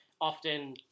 Often